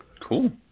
Cool